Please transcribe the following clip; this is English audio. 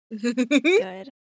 Good